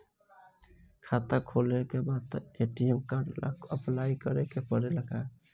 खाता खोलबाबे के बाद ए.टी.एम कार्ड ला अपलाई करे के पड़ेले का?